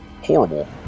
Horrible